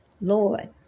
Lord